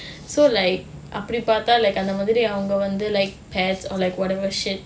so like அப்டி பார்த்தா:apdi paarthaa like அந்த மாதிரி அவங்க வந்து:anga maathiri avanga vanthu like pads or like whatever shit